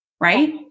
Right